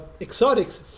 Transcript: exotics